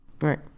Right